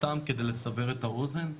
סתם כדי לסבר את האוזן,